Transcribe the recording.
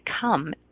come